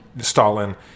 stalin